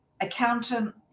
accountant